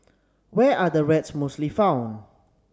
where are the rats mostly found